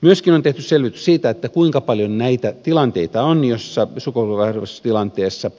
myöskin on tehty selvitys siitä kuinka paljon näitä tilanteita on joissa sukupolvenvaihdostilanteessa